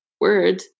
word